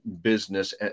business